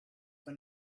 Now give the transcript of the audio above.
when